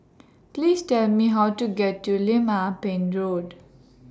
Please Tell Me How to get to Lim Ah Pin Road